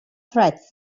threads